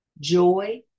joy